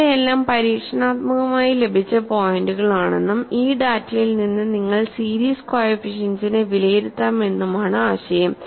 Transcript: ഇവയെല്ലാം പരീക്ഷണാത്മകമായി ലഭിച്ച പോയിന്റുകളാണെന്നും ഈ ഡാറ്റയിൽ നിന്ന് നിങ്ങൾ സീരീസ് കോഎഫിഷ്യന്റ്സിനെ വിലയിരുത്താം എന്നുമാണ് ആശയം